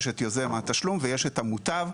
יוזם התשלום והמוטב.